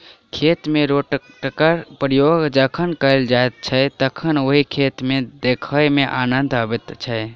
खेत मे रोटेटरक प्रयोग जखन कयल जाइत छै तखन ओहि खेत के देखय मे आनन्द अबैत छै